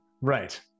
Right